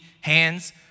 hands